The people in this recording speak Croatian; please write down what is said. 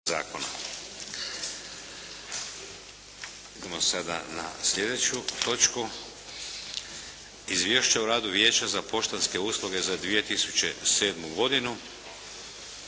(HDZ)** Idemo sada na slijedeću točku - Izvješće o radu Vijeća za poštanske usluge za 2007. godinu,